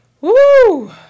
Woo